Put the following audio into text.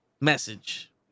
message